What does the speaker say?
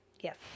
yes